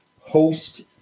host